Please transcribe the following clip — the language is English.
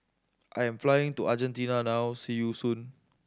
I am flying to Argentina now see you soon